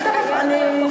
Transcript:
אז תכף אני,